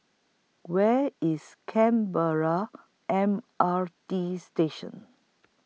Where IS Canberra M R T Station